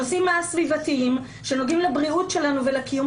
הנושאים הסביבתיים שנוגעים לבריאות שלנו ולקיום